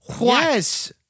Yes